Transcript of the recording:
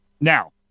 Now